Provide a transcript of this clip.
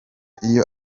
iyo